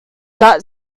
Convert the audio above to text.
that